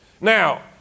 Now